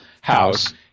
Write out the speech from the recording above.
house